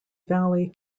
valley